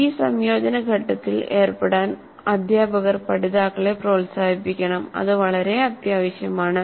ഈ സംയോജന ഘട്ടത്തിൽ ഏർപ്പെടാൻ അധ്യാപകർ പഠിതാക്കളെ പ്രോത്സാഹിപ്പിക്കണം അത് വളരെ അത്യാവശ്യമാണ്